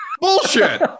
Bullshit